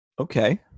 Okay